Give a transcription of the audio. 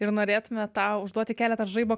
ir norėtumėme tau užduoti keletą žaibo